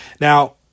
Now